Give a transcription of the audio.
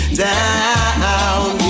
down